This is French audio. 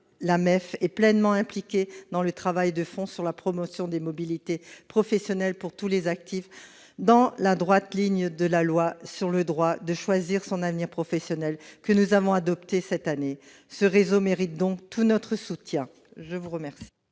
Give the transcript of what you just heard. je mentionnerai une implication dans le travail de fond sur la promotion des mobilités professionnelles pour tous les actifs, dans la droite ligne de la loi pour la liberté de choisir son avenir professionnel, que nous avons adoptée cette année. Ce réseau mérite donc tout notre soutien. La parole